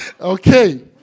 Okay